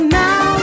now